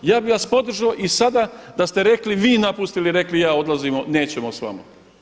Ja bih vas podržao i sada da ste rekli vi napustili i rekli ja odlazim, nećemo sa vama.